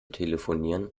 telefonieren